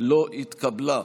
לא התקבלה.